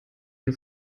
ihn